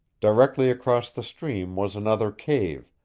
directly across the stream was another cave,